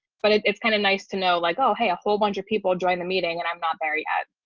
but it's kind of nice to know like, oh, hey, a whole bunch of people join the meeting and i'm not there yet.